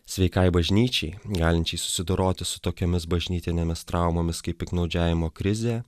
sveikai bažnyčiai galinčiai susidoroti su tokiomis bažnytinėmis traumomis kaip piktnaudžiavimo krizė